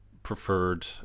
Preferred